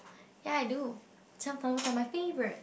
ya I do sunflowers are my favourite